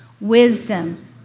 wisdom